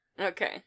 Okay